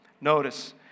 Notice